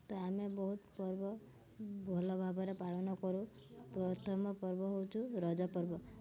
ତ ଆମେ ବହୁତ ପର୍ବ ଭଲ ଭାବରେ ପାଳନ କରୁ ପ୍ରଥମ ପର୍ବ ହେଉଛି ରଜ ପର୍ବ